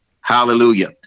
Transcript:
Hallelujah